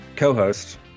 co-host